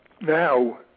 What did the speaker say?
now